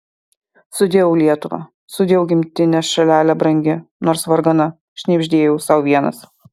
sudieu lietuva sudieu gimtine šalele brangi nors vargana šnibždėjau sau vienas